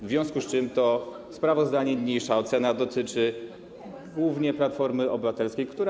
W związku z tym to sprawozdanie i niniejsza ocena dotyczy głównie Platformy Obywatelskiej, która.